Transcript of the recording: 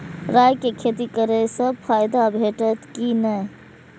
राय के खेती करे स फायदा भेटत की नै?